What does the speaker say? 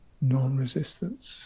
non-resistance